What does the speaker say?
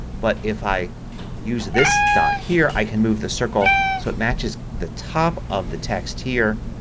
but if i use this dot here i can move the circle so it matches the top of the text here.